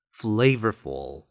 flavorful